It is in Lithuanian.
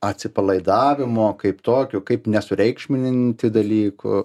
atsipalaidavimo kaip tokio kaip nesureikšminti dalykų